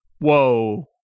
Whoa